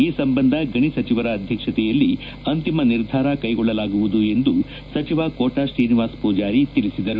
ಈ ಸಂಬಂಧ ಗಣಿ ಸಚಿವರ ಅಧ್ಯಕ್ಷತೆಯಲ್ಲಿ ಅಂತಿಮ ನಿರ್ಧಾರ ಕೈಗೊಳ್ಳಲಾಗುವುದು ಎಂದು ಸಚಿವ ಕೋಟಾ ಶ್ರೀನಿವಾಸ ಪೂಜಾರಿ ತಿಳಿಸಿದರು